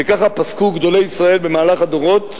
ככה פסקו גדולי ישראל במהלך הדורות,